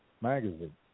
magazine